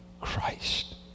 Christ